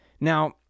Now